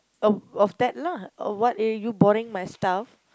of of that lah of what are you borrowing my stuff